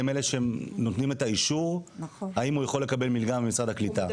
הם אלה שנותנים את האישור האם הוא יכול לקבל מלגה ממשרד הקליטה.